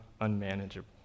unmanageable